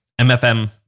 MFM